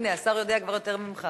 הנה, השר יודע כבר יותר ממך.